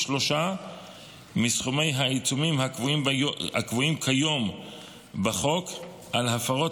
שלושה מסכומי העיצומים הקבועים כיום בחוק על הפרות